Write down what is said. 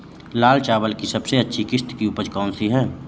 लाल चावल की सबसे अच्छी किश्त की उपज कौन सी है?